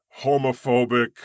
homophobic